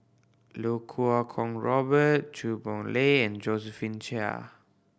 Lau Kuo Kwong Robert Chua Boon Lay and Josephine Chia